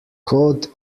cod